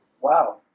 Wow